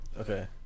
Okay